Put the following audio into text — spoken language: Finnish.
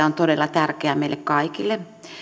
on todella tärkeä meille kaikille